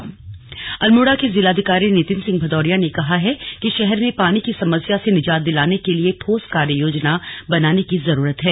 पेयजल बैठक अल्मोड़ा अल्मोड़ा के जिलाधिकारी नितिन सिंह भदौरिया ने कहा है कि शहर में पानी की समस्या से निजात दिलाने के लिये ठोस कार्य योजना बनाने की जरूरत है